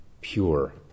pure